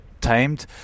tamed